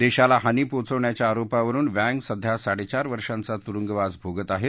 देशाला हानी पोचवण्याच्या आरोपावरुन वँग सध्या साडेचार वर्षांचा तुरुंगवास भोगत आहेत